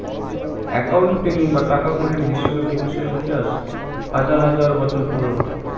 accounting বা টাকাকড়ির হিসাবে মুকেশের ইতিহাস হাজার হাজার বছর পুরোনো